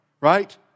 right